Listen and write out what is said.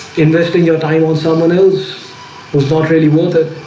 investing your time on someone else was not really worth it.